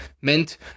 meant